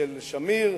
ושל שמיר.